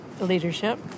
leadership